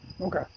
Okay